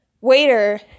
waiter